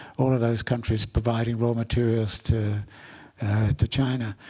all of those countries providing raw materials to to china.